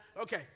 Okay